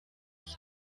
die